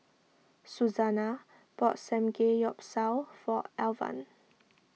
Suzanna bought Samgeyopsal for Alvan